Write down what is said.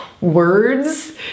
words